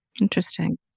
Interesting